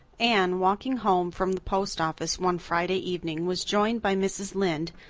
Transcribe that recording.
anne, walking home from the post office one friday evening, was joined by mrs. lynde,